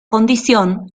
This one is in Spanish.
condición